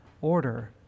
order